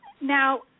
Now